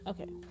Okay